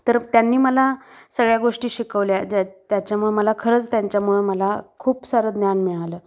तर त्यांनी मला सगळ्या गोष्टी शिकवल्या ज्या त्याच्यामुळे मला खरंच त्यांच्यामुळे मला खूप सारं ज्ञान मिळालं